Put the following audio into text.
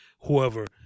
whoever